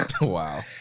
Wow